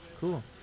Cool